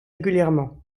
régulièrement